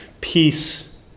peace